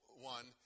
one